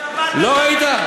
לא ראית?